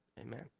Amen